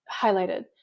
highlighted